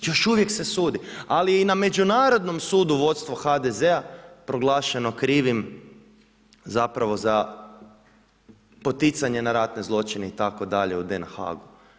Još uvijek se sudi, ali i na Međunarodnom sudu vodstvo HDZ proglašeno krivim zapravo za poticanje na ratne zločine itd. u Den Hagu.